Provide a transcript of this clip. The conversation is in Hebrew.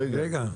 רגע.